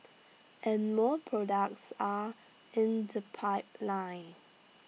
and more products are in the pipeline